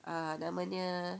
err namanya